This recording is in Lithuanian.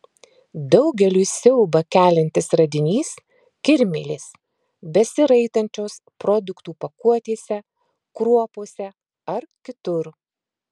daugeliui siaubą keliantis radinys kirmėlės besiraitančios produktų pakuotėse kruopose ar kitur